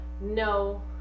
No